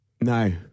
no